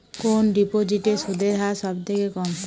কোন ডিপোজিটে সুদের হার সবথেকে কম?